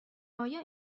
آیا